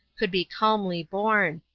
could be calmly borne.